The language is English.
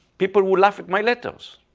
people will laugh at my letters,